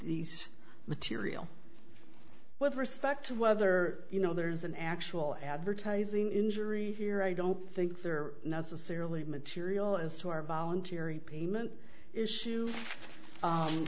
these material with respect to whether you know there's an actual advertising injury here i don't think they're necessarily material as to our voluntary payment issue